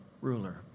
ruler